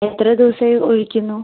എത്ര ദിവസമായി ഒഴിക്കുന്നു